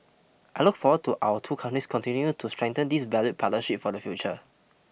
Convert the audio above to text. I look forward to our two countries continue to strengthen this valued partnership for the future